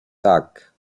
tak